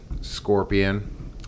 scorpion